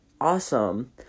awesome